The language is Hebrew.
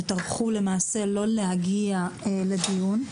שטרחו לא להגיע לדיון.